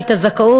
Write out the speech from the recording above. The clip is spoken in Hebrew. היושבת-ראש.